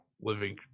living